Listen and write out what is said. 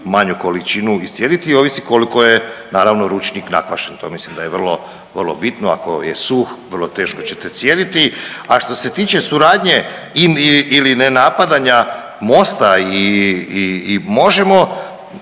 manju količinu iscijediti i ovisi koliko je naravno ručnik nakvašen. To mislim da je vrlo, vrlo bitno. Ako je suh vrlo teško ćete cijediti. A što se tiče suradnje ili nenapadanja MOST-a i Možemo